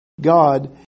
God